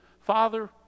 Father